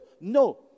No